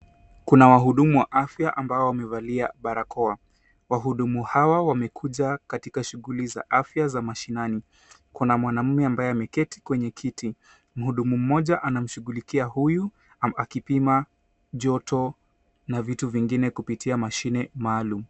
Kuna wahudumu wa afya ambao wamevalia barakoa. Wahudumu hawa wamekuja katika shughuli za afya za mashinani. Kuna mwanamume ambaye ameketi kwenye kiti . Mhudumu mmoja anamshughulikia huyu akipima joto na vitu vingine kupitia mashine maalum.